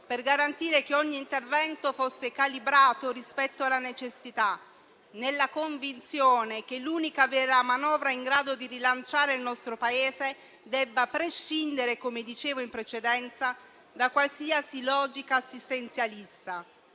per garantire che ogni intervento fosse calibrato rispetto alla necessità, nella convinzione che l'unica vera manovra in grado di rilanciare il nostro Paese debba prescindere - come dicevo in precedenza - da qualsiasi logica assistenzialista,